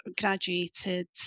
graduated